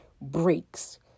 breaks